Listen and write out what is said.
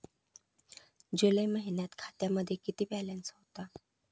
जुलै महिन्यात खात्यामध्ये किती बॅलन्स होता?